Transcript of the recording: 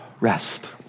rest